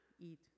eat